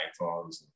iphones